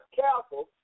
careful